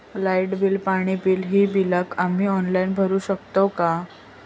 Light bill, पाणी bill, ही बिला आम्ही ऑनलाइन भरू शकतय का?